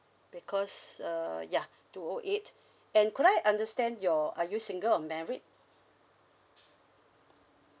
because uh ya two O O eight and could I understand your are you single or married